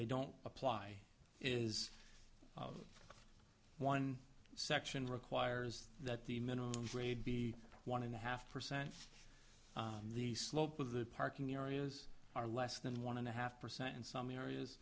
they don't apply is one section requires that the minimum grade be one and a half percent the slope of the parking areas are less than one and a half percent in some areas